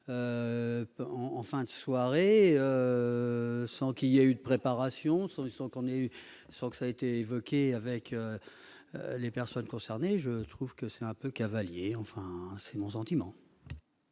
en fin de soirée, sans qu'il y a eu une préparation sans ils sont tendues, sans que ça été évoqué avec les personnes concernées, je trouve que c'est un peu cavalier, enfin c'est mon sentiment.